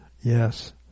Yes